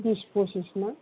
बिस फसिस मोनो